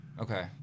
okay